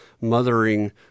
mothering